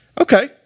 Okay